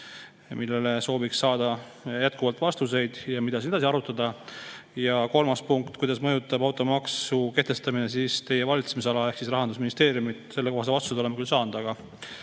millele sooviks saada jätkuvalt vastuseid ja mida edasi arutada. Ja kolmas punkt: "Kuidas mõjutab automaksu kehtestamine Teie valitsemisala?" Ehk Rahandusministeeriumit. Sellekohased vastused oleme küll saanud, aga